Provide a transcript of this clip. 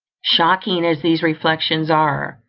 shocking as these reflexions are,